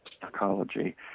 psychology